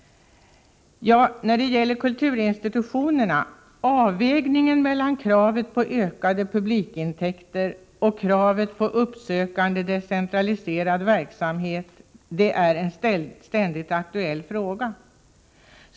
Vid kulturinstitutionerna är avvägningen mellan kravet på ökade publikin täkter och kravet på uppsökande decentraliserad verksamhet en ständigt aktuell fråga.